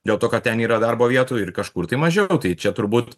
dėl to kad ten yra darbo vietų ir kažkur tai mažiau tai čia turbūt